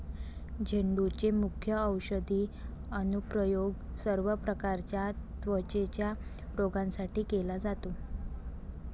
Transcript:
झेंडूचे मुख्य औषधी अनुप्रयोग सर्व प्रकारच्या त्वचेच्या रोगांसाठी केला जातो